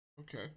Okay